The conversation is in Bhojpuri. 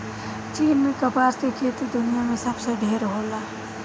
चीन में कपास के खेती दुनिया में सबसे ढेर होला